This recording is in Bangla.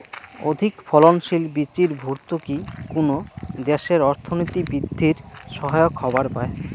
অধিকফলনশীল বীচির ভর্তুকি কুনো দ্যাশের অর্থনীতি বিদ্ধির সহায়ক হবার পায়